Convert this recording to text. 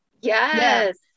Yes